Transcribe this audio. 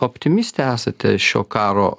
optimistė esate šio karo